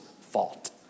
fault